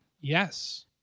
Yes